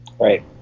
Right